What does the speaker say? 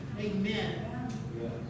Amen